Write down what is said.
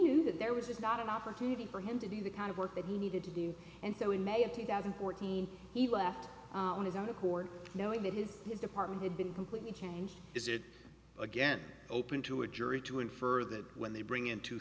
knew that there was not an opportunity for him to do the kind of work that he needed to do and so in may of two thousand fourteen he left on his own accord knowing that his his department had been completely changed is it again open to a jury to infer that when they bring in